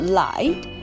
light